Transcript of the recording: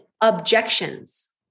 objections